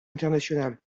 international